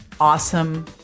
awesome